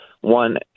One